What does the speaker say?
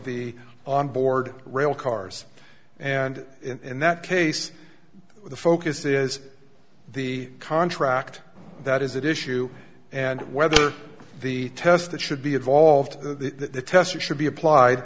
the on board rail cars and in that case the focus is the contract that is that issue and whether the test that should be involved that the testing should be applied